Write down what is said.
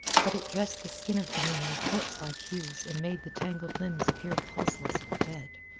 but it dressed the skin of the men in corpse-like hues and made the tangled limbs appear pulseless and dead.